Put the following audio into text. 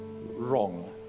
wrong